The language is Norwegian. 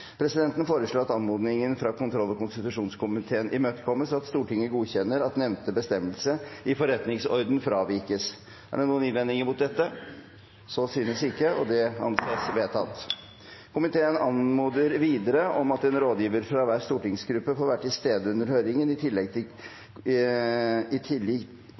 Presidenten foreslår at anmodningen fra kontroll- og konstitusjonskomiteen imøtekommes, og at Stortinget godkjenner at nevnte bestemmelse i forretningsordenen fravikes. Er det noen innvendinger mot dette? – Så synes ikke, og det anses vedtatt. Komiteen anmoder videre om at en rådgiver fra hver stortingsgruppe får være til stede under høringen, i tillegg til